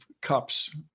cups